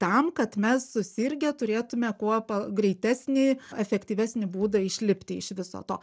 tam kad mes susirgę turėtume kuo pa greitesnį efektyvesnį būdą išlipti iš viso to